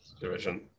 division